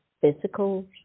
physical